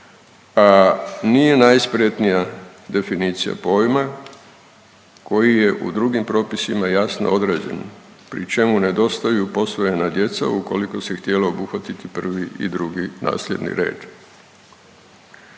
Nije najspretnija definicija pojma koji je u drugim propisima jasno određen pri čemu nedostaju posvojena djeca, ukoliko se htjelo obuhvatiti prvi i drugi nasljedni red.